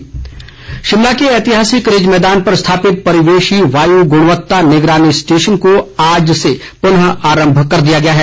निगरानी स्टेशन शिमला के ऐतिहासिक रिज मैदान पर स्थापित परिवेशी वायु गुणवत्ता निगरानी स्टेशन को आज से पुनः आरम्भ कर दिया गया है